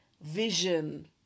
vision